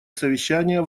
совещание